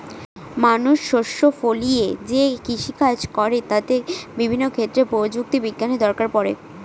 মানুষ শস্য ফলিয়ে যে কৃষিকাজ করে তাতে বিভিন্ন ক্ষেত্রে প্রযুক্তি বিজ্ঞানের দরকার পড়ে